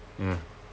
ya